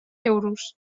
euros